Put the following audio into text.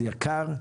זה יקר.